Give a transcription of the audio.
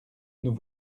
nous